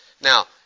Now